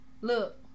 look